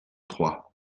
trois